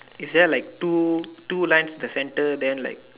is there like two two lines in the center then like